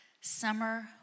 summer